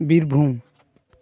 Birbhum